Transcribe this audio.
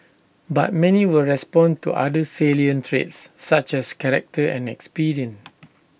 but many will respond to other salient traits such as character and experience